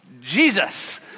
Jesus